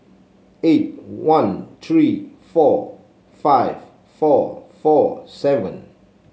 eight one three four five four four seven